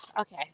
okay